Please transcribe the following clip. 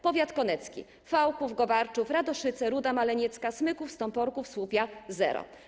Powiat konecki: Fałków, Gowarczów, Radoszyce, Ruda Maleniecka, Smyków, Stąporków, Słupia - zero.